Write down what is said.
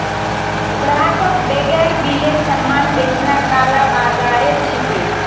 ग्राहकक बेगैर बिलेर सामान बेचना कालाबाज़ारी छिके